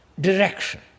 direction